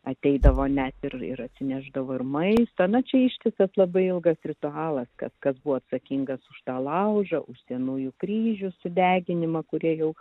ateidavo net ir ir atsinešdavo ir maisto na čia ištisas labai ilgas ritualas kas kas buvo atsakingas už tą laužą už senųjų kryžių sudeginimą kurie jau